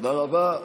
תודה רבה.